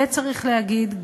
וצריך להגיד,